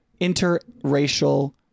interracial